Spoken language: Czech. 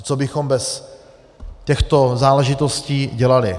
Co bychom bez těchto záležitostí dělali.